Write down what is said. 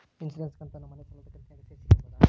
Insurance ಕಂತನ್ನ ಮನೆ ಸಾಲದ ಕಂತಿನಾಗ ಸೇರಿಸಿ ಕಟ್ಟಬೋದ?